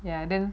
ya then